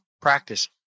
practice